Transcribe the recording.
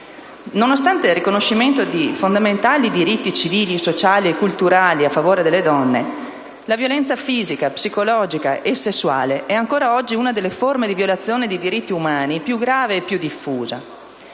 Nonostante il riconoscimento di fondamentali diritti civili, sociali e culturali a favore delle donne, la violenza fisica, psicologica e sessuale è ancora oggi una delle forme di violazione dei diritti umani più grave e più diffusa.